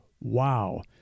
Wow